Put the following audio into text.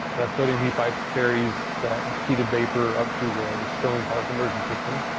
that sodium heat pipe carries that heated vapor up to the stirling power conversion system,